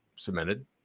cemented